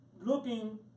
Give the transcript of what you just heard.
looking